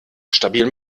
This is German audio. stabilen